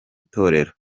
itorero